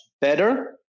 better